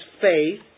faith